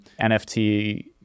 NFT